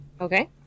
Okay